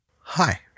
Hi